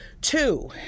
Two